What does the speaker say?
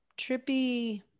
trippy